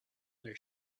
their